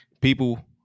People